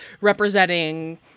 representing